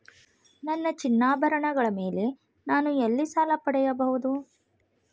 ನನ್ನ ಚಿನ್ನಾಭರಣಗಳ ಮೇಲೆ ನಾನು ಎಲ್ಲಿ ಸಾಲ ಪಡೆಯಬಹುದು?